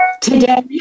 today